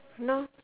no